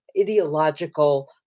ideological